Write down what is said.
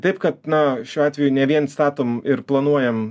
taip kad na šiuo atveju ne vien statom ir planuojam